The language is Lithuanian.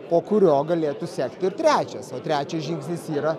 po kurio galėtų sekti ir trečias o trečias žingsnis yra